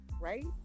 right